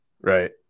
right